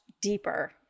deeper